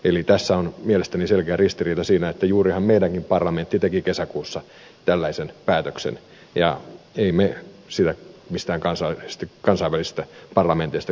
eli tässä on mielestäni selkeä ristiriita siinä että juurihan meidänkin parlamenttimme teki kesäkuussa tällaisen päätöksen ja emme me sitä mistään kansainvälisistä parlamenteista kysyneet etukäteen